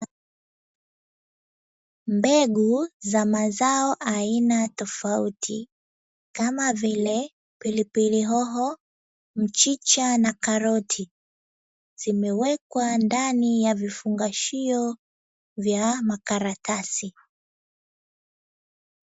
Mbegu za mazao aina tofauti kama vile: pilipili hoho, mchicha na karoti. Zimewekwa ndani ya vifungashio vya makaratasi.